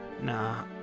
Nah